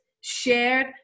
shared